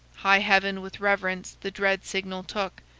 high heaven with reverence the dread signal took,